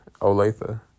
Olathe